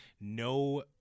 no